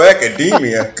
Academia